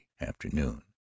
afternoon